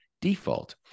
default